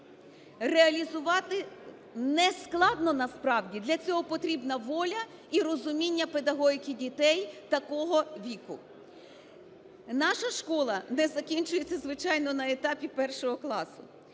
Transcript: реалізувати нескладно насправді. Для цього потрібна воля і розуміння педагогіки дітей такого віку. Наша школа не закінчується, звичайно, на етапі першого класу.